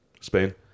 Spain